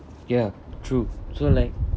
ya true so like